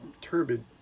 turbid